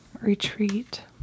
retreat